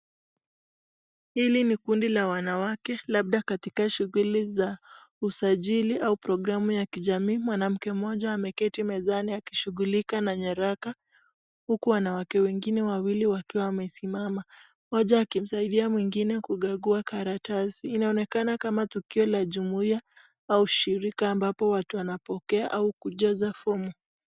Hili ni kundi la wanawake labda katika shughuli za usajili au programu ya kijamii , mwanamke mmoja ameketi mezani akishughulika na nyaraka huku wanawake wengine wawili wakiwa wamesimama , mmoja akimsaidia mwingine kukagua karatasi, inaonekana kama tukio la jumuia au shirika ambapo watu wanapokea au kujaza fomu.